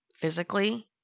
physically